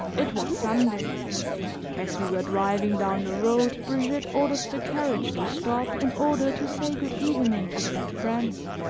it was sunday as we were driving down the road, brigitte ordered the carriage to stop in order to say good evening to some friends,